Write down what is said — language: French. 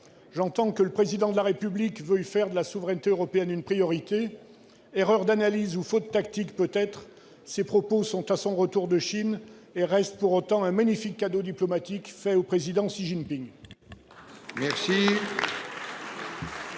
J'entends que le Président de la République veuille faire de la souveraineté européenne une priorité. Erreur d'analyse ou faute tactique, peut-être ... Ses propos à son retour de Chine restent, pour autant, un magnifique cadeau diplomatique offert au président Xi Jinping.